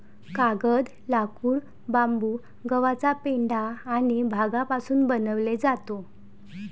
कागद, लाकूड, बांबू, गव्हाचा पेंढा आणि भांगापासून बनवले जातो